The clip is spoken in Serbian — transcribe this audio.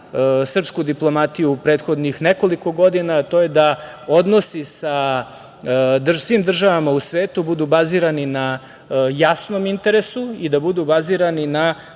srpsku diplomatiju u prethodnih nekoliko godina, a to je da odnosi sa svim državama u svetu budu bazirani na jasnom interesu i da budu bazirani na